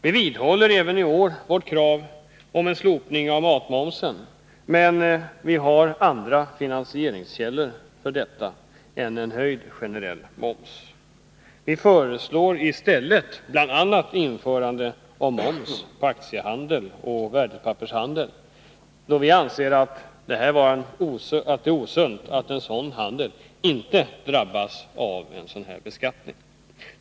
Vi vidhåller även i år vårt krav på ett slopande av, matmomsen, men vi har andra finansieringskällor härför än höjd generell moms. Vi föreslår i stället bl.a. införande av moms på aktiehandel och värdepappershandel, då vi anser det vara osunt att en sådan handel inte drabbas av beskattning.